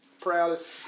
proudest